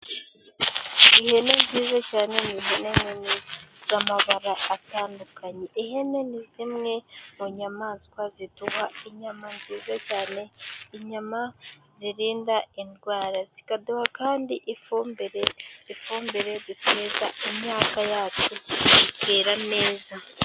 Ihene nziza cyane ni ihene Nini z'amabara atandukanye , ihene ni zimwe mu nyamaswa ziduha inyama nziza cyane inyama zirinda indwara zikaduha kandi ifumbire , ifumbire duteza imyaka yacu itera neza.